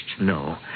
No